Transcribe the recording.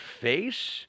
face